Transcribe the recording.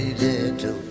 little